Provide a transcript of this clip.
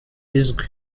izwi